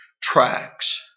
tracks